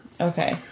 Okay